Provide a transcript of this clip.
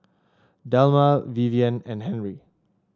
Delma Vivien and Henry